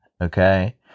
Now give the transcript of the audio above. okay